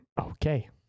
Okay